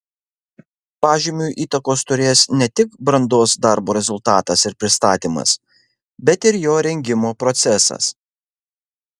pažymiui įtakos turės ne tik brandos darbo rezultatas ir pristatymas bet ir jo rengimo procesas